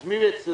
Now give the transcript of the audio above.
אז מי אצלנו?